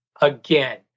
again